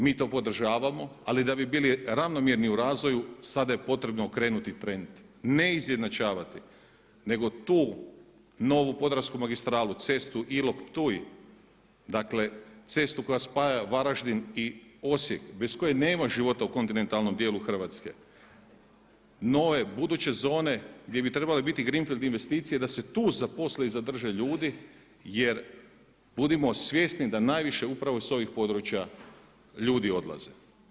Mi to podržavamo, ali da bi bili ravnomjerni u razvoju sada je potrebno okrenuti trend, ne izjednačavati nego tu novu podravsku magistralu cestu Ilok-Ptuj, dakle cestu koja spaja Varaždin i Osijek bez koje nema života u kontinentalnom dijelu Hrvatske, nove buduće zone gdje bi trebale biti greenfield investicije da se tu zaposle i zadrže ljudi jer budimo svjesni da najviše upravo s ovih područja ljudi odlaze.